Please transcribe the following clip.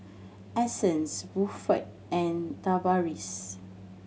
Essence Buford and Tavaris